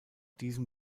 diesem